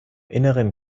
inneren